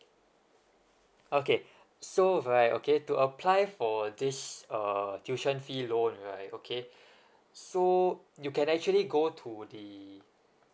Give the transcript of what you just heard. okay so right okay to apply for this uh tuition fee loan right okay so you can actually go to the